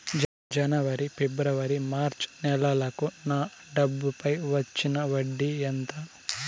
జనవరి, ఫిబ్రవరి, మార్చ్ నెలలకు నా డబ్బుపై వచ్చిన వడ్డీ ఎంత